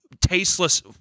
tasteless